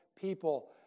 people